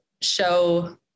show